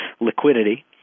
liquidity